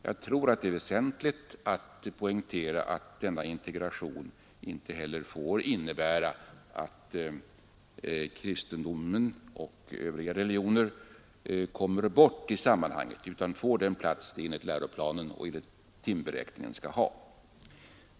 Jag tror att det är väsentligt att poängtera att denna integration inte heller får innebära att kristendomen och övriga religioner kommer bort i sammanhanget utan får den plats de enligt läroplanen och enligt timberäkningen skall ha.